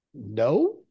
no